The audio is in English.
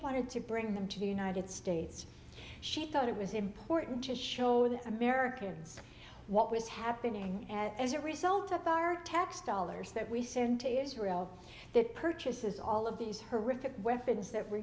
wanted to bring them to the united states she thought it was important to show the americans what was happening as a result of our tax dollars that we send to israel that purchases all of these horrific weapons that were